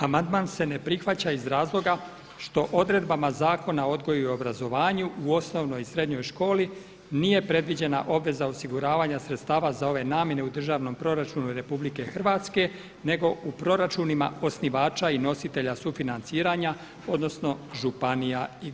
Amandman se ne prihvaća iz razloga što odredbama Zakona o odgoju i obrazovanju u osnovnoj i srednjoj školi nije predviđena obveza osiguravanja sredstava za ove namjene u državnom proračunu RH nego u proračunima osnivača i nositelja sufinanciranja, odnosno županija i gradova.